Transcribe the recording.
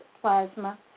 plasma